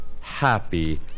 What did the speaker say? Happy